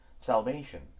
Salvation